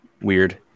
Weird